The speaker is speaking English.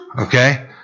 Okay